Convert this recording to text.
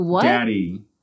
daddy